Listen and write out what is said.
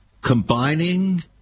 combining